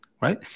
right